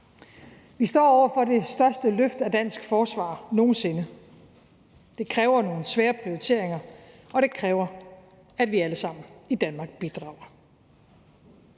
Vi står over for det største løft af dansk forsvar nogen sinde. Det kræver nogle svære prioriteringer, og det kræver, at vi alle sammen i Danmark bidrager.